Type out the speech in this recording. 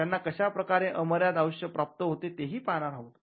त्यांना कशा प्रकारे अमर्याद आयुष्य प्राप्त होते तेही पाहणार आहोत